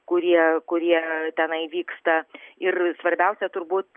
kurie kurie tenai vyksta ir svarbiausia turbūt